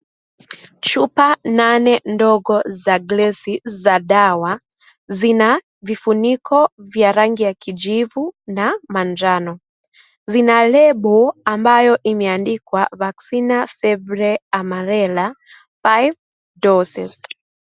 Chupa nane ndogo za glesi, za dawa, zina vifuniko vya rangi ya kijivu na manjano, zina lebo ambayo imeandikwa, (cs)vaccina cebre amarella, five doses(cs).